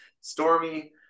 Stormy